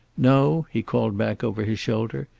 no, he called back over his shoulder,